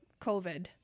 COVID